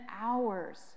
hours